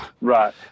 Right